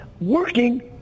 working